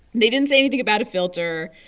they didn't say anything about a filter.